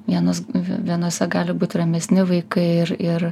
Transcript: vienos venose gali būti ramesni vaikai ir ir